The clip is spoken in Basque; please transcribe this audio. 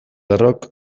errok